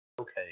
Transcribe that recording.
okay